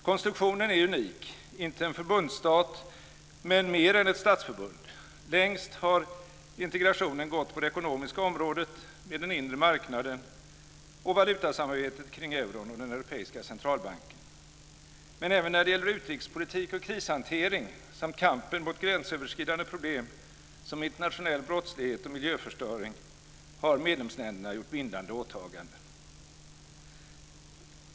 Konstruktionen är unik - inte en förbundsstat men mer än ett statsförbund. Längst har integrationen gått på det ekonomiska området med den inre marknaden och valutasamarbetet kring euron och den europeiska centralbanken. Men även när det gäller utrikespolitik och krishantering samt kampen mot gränsöverskridande problem som internationell brottslighet och miljöförstöring har medlemsländerna gjort bindande åtaganden.